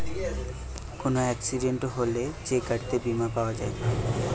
কোন এক্সিডেন্ট হলে যে গাড়িতে বীমা পাওয়া যায়